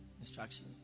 instruction